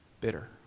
bitter